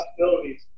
possibilities